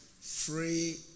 Free